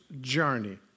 journey